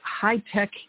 high-tech